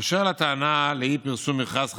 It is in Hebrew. באשר לטענה לאי-פרסום מכרז חדש,